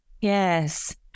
Yes